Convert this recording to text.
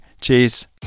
Cheers